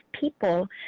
people